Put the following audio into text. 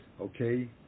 Okay